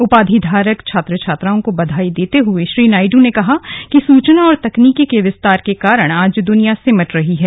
उपाधि धारक छात्र छात्राओं को बधाई देते हए श्री नायडू ने कहा कि सूचना और तकनीकि के विस्तार के कारण आज द्वनिया सिमट रही है